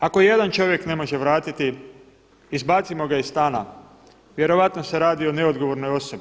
Ako jedan čovjek ne može vratiti, izbacimo ga iz stana, vjerojatno se radi o neodgovornoj osobi.